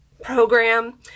program